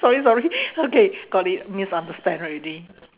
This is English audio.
sorry sorry okay got it misunderstand already